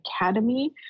Academy